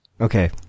Okay